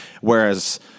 Whereas